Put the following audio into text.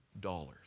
dollars